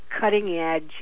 cutting-edge